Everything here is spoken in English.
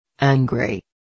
Angry